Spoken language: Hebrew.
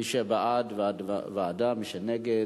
מי שבעד, בעד ועדה, מי שנגד,